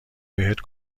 بهت